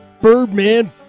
Birdman